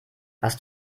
warst